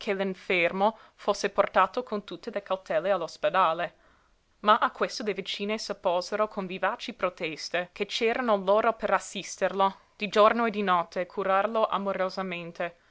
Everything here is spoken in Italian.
l'infermo fosse portato con tutte le cautele all'ospedale ma a questo le vicine s'opposero con vivaci proteste che c'erano loro per assisterlo di giorno e di notte e curarlo amorosamente